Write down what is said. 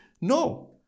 No